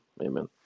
Amen